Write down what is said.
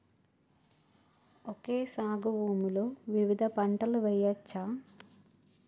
Okay సాగు భూమిలో వివిధ పంటలు వెయ్యచ్చా?